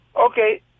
Okay